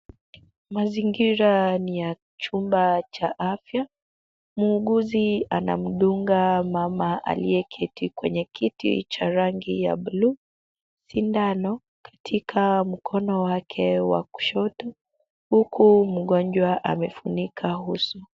Mazingira ni ya chumba cha afya. Muuguzi anamdunga mama aliyeketi kwenye kiti cha rangi ya blue sindano katika mkono wake wa kushoto, huku mgonjwa amefunika uso.